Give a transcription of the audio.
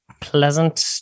Pleasant